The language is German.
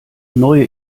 neue